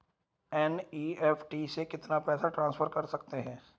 NEFT से कितना पैसा ट्रांसफर कर सकते हैं?